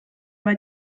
bei